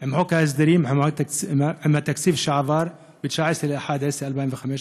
עם חוק ההסדרים עם התקציב שעבר ב-19 בנובמבר 2015,